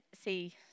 see